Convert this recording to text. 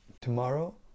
tomorrow